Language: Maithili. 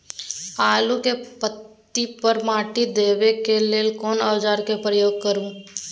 आलू के पाँति पर माटी देबै के लिए केना औजार के प्रयोग करू?